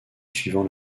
suivant